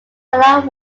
alan